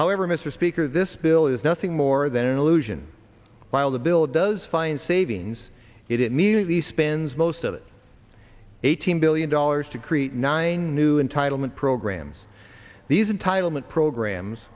however mr speaker this bill is nothing more than an illusion while the bill does find savings it means he spends most of it eighteen billion dollars to create nine new title meant programs these entitlement programs